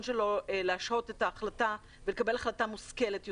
שלו להשהות את ההחלטה שלו ולקבל החלטה מושכלת יותר.